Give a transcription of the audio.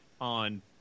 on